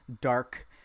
dark